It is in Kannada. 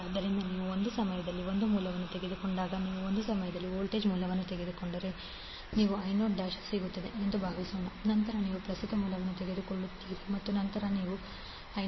ಆದ್ದರಿಂದ ನೀವು ಒಂದು ಸಮಯದಲ್ಲಿ ಒಂದು ಮೂಲವನ್ನು ತೆಗೆದುಕೊಂಡಾಗ ನೀವು ಒಂದು ಸಮಯದಲ್ಲಿ ವೋಲ್ಟೇಜ್ ಮೂಲವನ್ನು ತೆಗೆದುಕೊಂಡರೆ ನಿಮಗೆ I0 ಸಿಗುತ್ತದೆ ಎಂದು ಭಾವಿಸೋಣ ನಂತರ ನೀವು ಪ್ರಸ್ತುತ ಮೂಲವನ್ನು ತೆಗೆದುಕೊಳ್ಳುತ್ತೀರಿ ಮತ್ತು ನಂತರ ನೀವು I0